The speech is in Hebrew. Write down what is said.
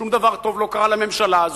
שום דבר טוב לא קרה לממשלה הזאת,